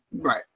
Right